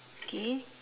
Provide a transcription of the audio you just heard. K